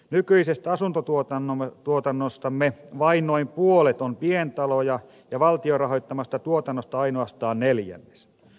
nykyisestä asuntotuotannostamme vain noin puolet on pientaloja ja valtion rahoittamasta tuotannosta ainoastaan neljännes